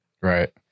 Right